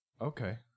Okay